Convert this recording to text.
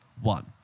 one